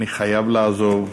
אני חייב לעזוב,